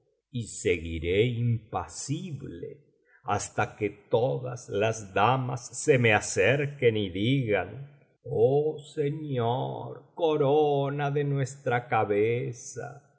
y seguiré impasible hasta que todas las damas se me acerquen y digan oh señor corona de nuestra cabeza